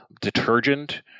detergent